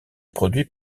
produit